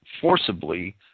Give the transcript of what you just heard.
forcibly